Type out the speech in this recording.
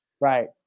Right